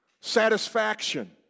satisfaction